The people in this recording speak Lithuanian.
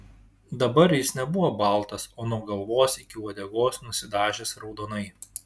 dabar jis nebuvo baltas o nuo galvos iki uodegos nusidažęs raudonai